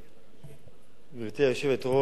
גברתי היושבת-ראש, חברי חברי הכנסת,